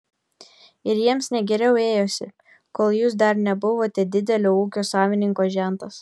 ir jiems ne geriau ėjosi kol jūs dar nebuvote didelio ūkio savininko žentas